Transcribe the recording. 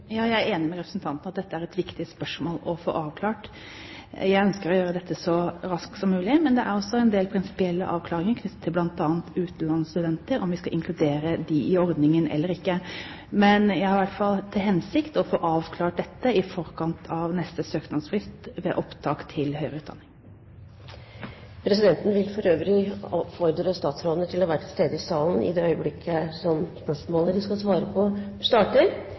raskt som mulig, men det er også en del prinsipielle avklaringer som må gjøres, knyttet til bl.a. om vi skal inkludere utenlandske studenter i ordningen eller ikke. Men jeg har i hvert fall til hensikt å få avklart dette i forkant av neste søknadsfrist ved opptak til høyere utdanning. Presidenten vil for øvrig oppfordre statsrådene til å være til stede i salen i det øyeblikket det spørsmålet de skal svare på, starter.